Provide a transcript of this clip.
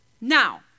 now